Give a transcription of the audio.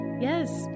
Yes